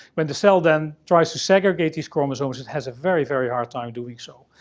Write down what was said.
when the cell, then, tries to segregate these chromosomes, it has a very, very hard time doing so.